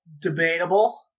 debatable